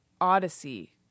Odyssey